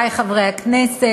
חברי חברי הכנסת,